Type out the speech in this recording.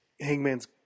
Hangman's